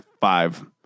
five